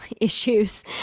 issues